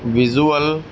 visual